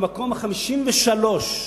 במקום ה-53,